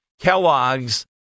Kellogg's